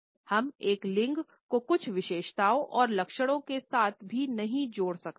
हम एक लिंग को कुछ विशेषताओं और लक्षणों के साथ भी नहीं जोड़ सकते है